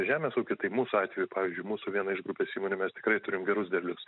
žemės ūkį tai mūsų atveju pavyzdžiui mūsų viena iš grupės įmonių mes tikrai turim gerus derlius